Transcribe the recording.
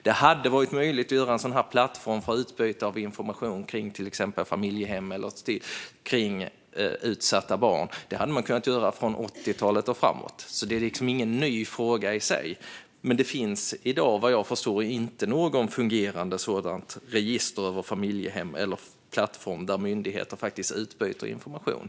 Det hade varit möjligt att göra en plattform för utbyte av information kring till exempel familjehem eller utsatta barn. Det hade man kunnat göra från 80-talet och framåt. Det är ingen ny fråga. Men vad jag förstår finns det i dag inte något fungerande register över familjehem eller någon plattform där myndigheter faktiskt utbyter information.